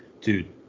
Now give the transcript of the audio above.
Dude